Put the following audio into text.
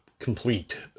complete